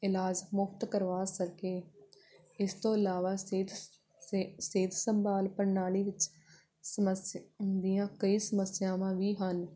ਇਲਾਜ ਮੁਫ਼ਤ ਕਰਵਾ ਸਕੇ ਇਸ ਤੋਂ ਇਲਾਵਾ ਸੇਤ ਸੇ ਸਿਹਤ ਸੰਭਾਲ ਪ੍ਰਣਾਲੀ ਵਿੱਚ ਸਮੱਸ ਦੀਆਂ ਕਈ ਸਮੱਸਿਆਵਾਂ ਵੀ ਹਨ